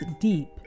deep